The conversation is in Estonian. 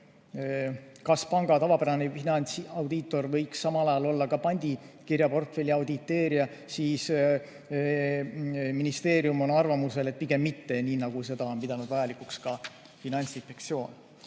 Kas panga tavapärane finantsaudiitor võiks samal ajal olla ka pandikirjaportfelli auditeerija? Ministeerium on arvamusel, et pigem mitte, ja seda [sätet] on pidanud vajalikuks ka Finantsinspektsioon.